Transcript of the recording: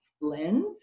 lens